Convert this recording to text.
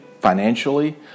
financially